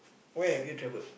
where have you travelled